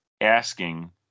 asking